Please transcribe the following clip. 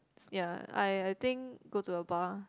ya I I think go to a bar